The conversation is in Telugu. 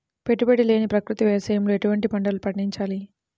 పెట్టుబడి లేని ప్రకృతి వ్యవసాయంలో ఎటువంటి పంటలు పండించాలి?